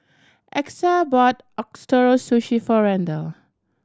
Exa bought Ootoro Sushi for Randle